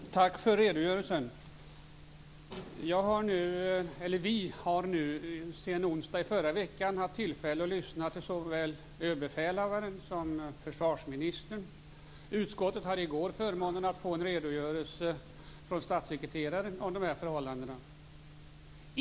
Fru talman! Tack för redogörelsen. Vi har sedan förra onsdagen haft tillfälle att lyssna till såväl överbefälhavaren som försvarsministern. Försvarsutskottet hade i går förmånen att få en redogörelse från statssekreteraren om dessa förhållanden.